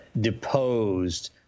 deposed